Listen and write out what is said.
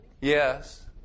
Yes